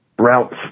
Routes